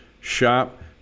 Shop